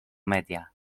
media